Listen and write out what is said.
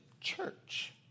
church